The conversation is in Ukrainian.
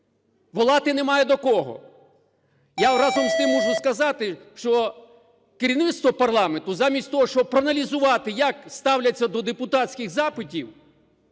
Волати немає до кого. Я, разом з тим, можу сказати, що керівництво парламенту замість того, щоб проаналізувати, як ставляться до депутатських запитів,